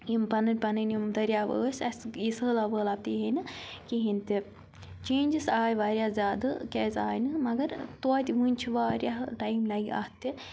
یِم پَنٕنۍ پَنٕنۍ یِم دٔریاو ٲسۍ اَسہِ یہِ سہلاب وٲلاب تہِ یِہے نہٕ کِہیٖنۍ تہِ چینجِس آے واریاہ زیادٕ کیٛازِ آیہِ نہٕ مگر توتہِ وٕنۍ چھِ واریاہ ٹایِم لَگہِ اَتھ تہِ